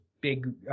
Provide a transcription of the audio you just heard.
big –